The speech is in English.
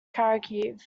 kharkiv